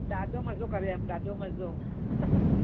ॾाढो मज़ो करे आयमि ॾाढो मज़ो